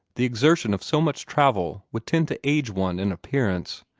the exertion of so much travel would tend to age one in appearance.